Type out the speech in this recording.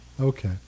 Okay